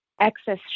access